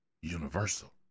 universal